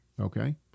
Okay